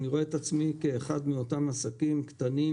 אני רואה את עצמי כאחד מאותם עסקים קטנים